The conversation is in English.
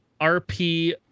RP